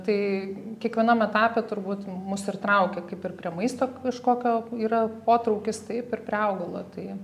tai kiekvienam etape turbūt mus ir traukia kaip ir prie maisto kažkokio yra potraukis taip ir prie augalo tai